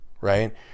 right